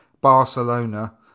Barcelona